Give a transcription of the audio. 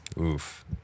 Oof